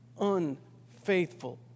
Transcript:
unfaithful